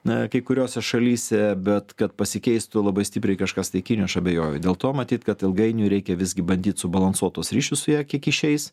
na kai kuriose šalyse bet kad pasikeistų labai stipriai kažkas tai kinijoj aš abejoju dėl to matyt kad ilgainiui reikia visgi bandyt subalansuot tuos ryšius su ja kiek išeis